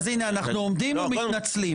הינה, אנחנו עומדים ומתנצלים.